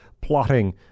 plotting